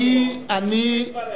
יש סיכוי שהיא תבוא,